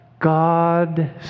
God